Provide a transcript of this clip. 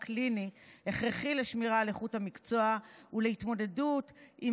קליני הם הכרחיים לשמירה על איכות המקצוע ולהתמודדות עם